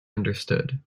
understood